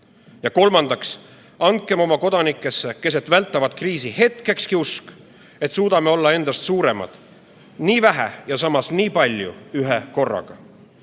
Ja kolmandaks, andkem oma kodanikele keset vältavat kriisi hetkekski usk, et suudame olla endast suuremad, nii vähe ja samas nii palju ühekorraga.